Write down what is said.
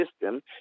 system